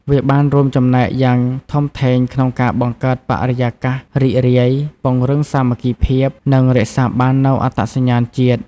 វាបានរួមចំណែកយ៉ាងធំធេងក្នុងការបង្កើតបរិយាកាសរីករាយ ពង្រឹងសាមគ្គីភាព និងរក្សាបាននូវអត្តសញ្ញាណជាតិ។